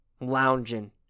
lounging